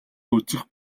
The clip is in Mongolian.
үзэх